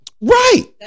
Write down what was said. Right